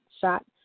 shot